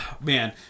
Man